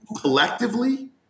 collectively